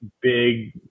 big